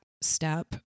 step